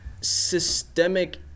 systemic